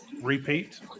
repeat